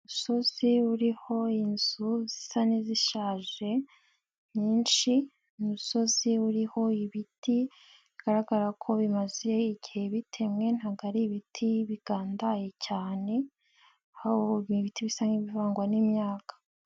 Umusozi uriho inzu zisa n'izishaje nyinshi, umusozi uriho ibiti bigaragara ko bimaze igihe bitemwe ntabwo ari ibiti bigandaye cyane, ni ibiti bisa n'ibivangwa n'imyaka.